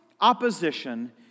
opposition